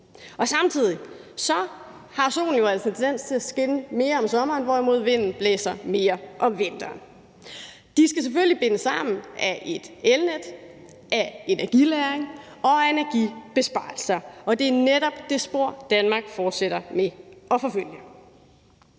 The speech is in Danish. Samtidig har solen jo en tendens til at skinne mere om sommeren, hvorimod vinden blæser mere om vinteren. De ting skal selvfølgelig bindes sammen af et elnet og af energilagring og energibesparelser, og det er netop det spor, Danmark fortsætter med at forfølge.